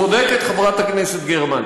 צודקת חברת הכנסת גרמן.